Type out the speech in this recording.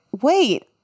wait